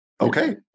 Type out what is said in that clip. Okay